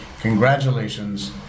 congratulations